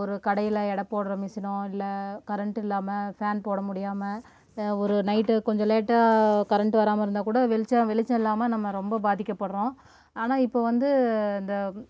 ஒரு கடையில் எடை போடுகிற மிஷினோ இல்லை கரண்ட்டு இல்லாமல் ஃபேன் போட முடியாமல் ஒரு நைட்டு கொஞ்சம் லேட்டாக கரண்ட்டு வராமல் இருந்தால் கூட வெளிச்சம் வெளிச்சம் இல்லாமல் நம்ம ரொம்ப பாதிக்கப்படுகிறோம் ஆனால் இப்போது வந்து இந்த